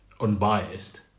unbiased